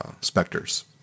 specters